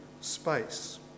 space